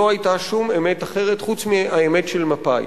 לא היתה שום אמת אחרת חוץ מהאמת של מפא"י.